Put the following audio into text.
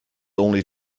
only